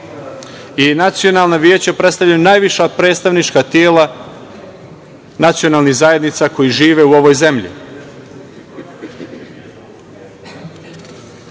parlamentu. Nacionalna veća predstavljaju najviša predstavnička tela nacionalnih zajednica koje žive u ovoj zemlji.